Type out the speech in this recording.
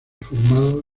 formado